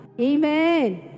Amen